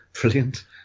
brilliant